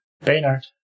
Baynard